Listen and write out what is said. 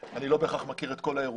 אני לא בהכרח מכיר את כל האירועים.